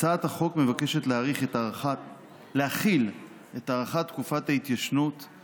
הצעת החוק מבקשת להחיל את הארכת תקופת ההתיישנות הקבועה בסעיף